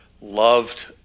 loved